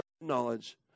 knowledge